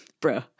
Bro